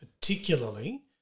particularly